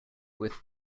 with